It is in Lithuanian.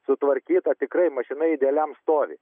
sutvarkyta tikrai mašina idealiam stovi